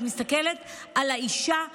את מסתכלת על אישה כאישה.